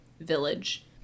village